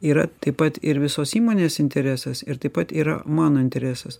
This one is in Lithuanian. yra taip pat ir visos įmonės interesas ir taip pat yra mano interesas